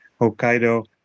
Hokkaido